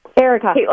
Erica